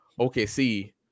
OKC